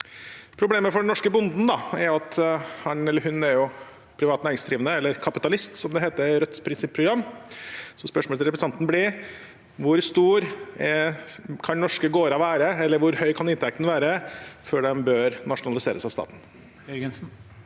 Problemet for den norske bonden er da at han eller hun er privat næringsdrivende, eller kapitalist som det heter i Rødts prinsipprogram, så spørsmålet til representanten blir: Hvor store kan norske gårder være, eller hvor høy kan inntekten være, før de bør nasjonaliseres av staten?